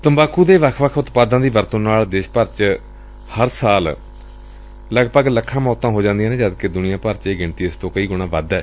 ਤੰਬਾਕੁ ਦੇ ਵੱਖ ਵੱਖ ਉਤਪਾਦਾਂ ਦੀ ਵਰਤੋਂ ਨਾਲ ਦੇਸ਼ ਭਰ ਵਿਚ ਹਰ ਸਾਲ ਲਗਭਗ ਲੱਖਾਂ ਮੌਤਾਂ ਹੁੰਦੀਆਂ ਨੇ ਜਦਕਿ ਦੁਨੀਆਂ ਭਰ ਵਿਚ ਇਹ ਗਿਣਤੀ ਇਸ ਤੋਂ ਕਈ ਗੁਣਾਂ ਵੱਧ ਏ